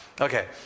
Okay